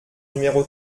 numéro